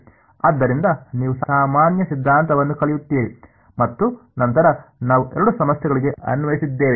ಆದ್ದರಿಂದ ನೀವು ಸಾಮಾನ್ಯ ಸಿದ್ಧಾಂತವನ್ನು ಕಲಿಯುತ್ತೀರಿ ಮತ್ತು ನಂತರ ನಾವು ಎರಡು ಸಮಸ್ಯೆಗಳಿಗೆ ಅನ್ವಯಿಸಿದ್ದೇವೆ